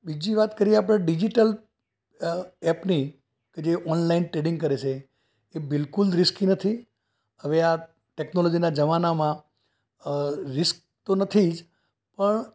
બીજી વાત કરીએ આપણે ડિજિટલ ઍપની કે જે ઑનલાઈન ટ્રેડિંગ કરે છે એ બિલકુલ રિસ્કી નથી હવે આ ટૅક્નોલોજીના જમાનામાં અ રિસ્ક તો નથી જ પણ